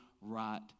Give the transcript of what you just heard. right